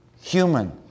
Human